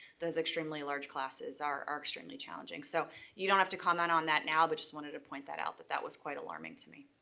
those extremely large classes are are extremely challenging. so you don't have to comment on that now, but just wanted to point that out that that was quite alarming to me.